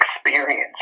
experience